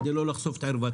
כדי לא לחשוף את ערוותם.